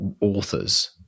authors